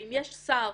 ואם יש שר